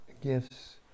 gifts